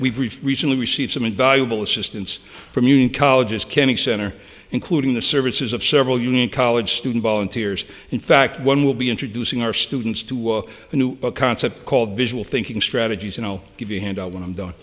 end we've recently received some invaluable assistance from you in colleges kennedy center including the services of several union college student volunteers in fact one will be introducing our students to a new concept called visual thinking strategies and i'll give you hand out when i'm done